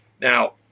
Now